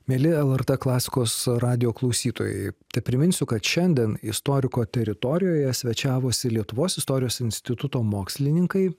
mieli lrt klasikos radijo klausytojai tepriminsiu kad šiandien istoriko teritorijoje svečiavosi lietuvos istorijos instituto mokslininkai